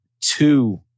two